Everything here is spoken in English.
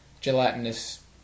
Gelatinous